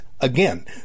Again